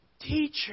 teacher